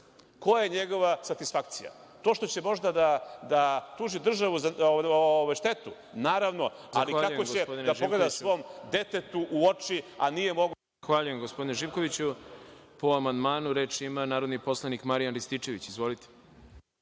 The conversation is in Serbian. je njegova satisfakcija? To što će možda da tuži državu za štetu? Naravno, ali kako će da pogleda svom detetu u oči, a nije ….